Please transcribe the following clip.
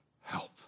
help